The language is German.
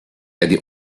eine